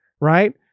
right